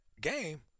game